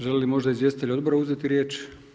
Želi li možda izvjestitelj Odbora uzeti riječ?